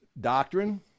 doctrine